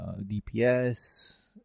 dps